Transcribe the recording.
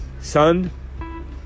Son